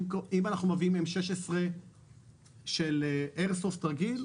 אם אנחנו מביאים M16 של איירסופט רגיל,